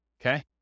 okay